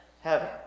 heaven